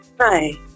hi